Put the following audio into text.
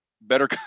better